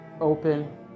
open